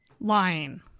lying